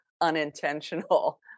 unintentional